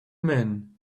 men